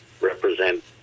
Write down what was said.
represent